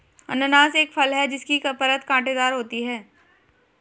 अनन्नास एक फल है जिसकी परत कांटेदार होती है